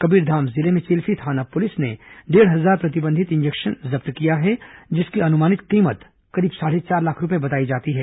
कबीरधाम जिले में चिल्फी थाना पुलिस ने डेढ़ हजार प्रतिबंधित इंजेक्शन जब्त किया है जिसकी अनुमानित कीमत करीब साढ़े चार लाख रूपये बताई जाती है